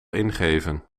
ingeven